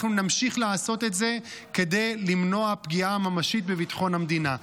אנחנו נמשיך לעשות את זה כדי למנוע פגיעה ממשית בביטחון המדינה.